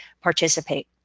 participate